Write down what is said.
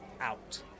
out